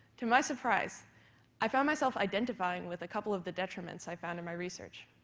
to my surprise i found myself identifying with a couple of the detriments i found in my research.